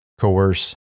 coerce